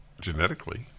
genetically